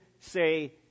say